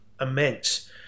immense